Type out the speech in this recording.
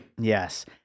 Yes